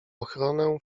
ochronę